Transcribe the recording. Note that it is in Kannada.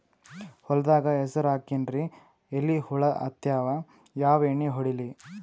ಹೊಲದಾಗ ಹೆಸರ ಹಾಕಿನ್ರಿ, ಎಲಿ ಹುಳ ಹತ್ಯಾವ, ಯಾ ಎಣ್ಣೀ ಹೊಡಿಲಿ?